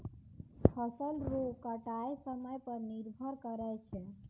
फसल रो कटाय समय पर निर्भर करै छै